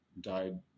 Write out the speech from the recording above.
died